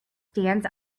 stands